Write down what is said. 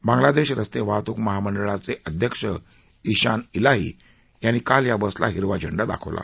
बांगलादेश रस्ते वाहतूक महामंडळाचे अध्यक्ष इशान इलाही यांनी काल या बसला हिरवा झेंडा दाखवला